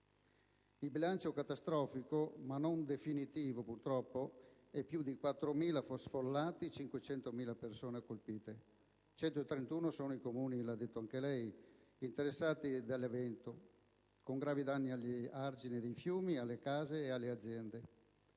Il bilancio catastrofico, ma non definitivo, purtroppo, è di più di 4.000 sfollati, 500.000 persone colpite; 131 sono i Comuni - l'ha detto anche lei - interessati dall'evento, con gravi danni agli argini dei fiumi, alle case e alle aziende.